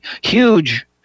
huge